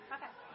Okay